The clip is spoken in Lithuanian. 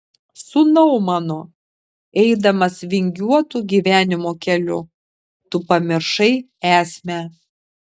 sūnau mano eidamas vingiuotu gyvenimo keliu tu pamiršai esmę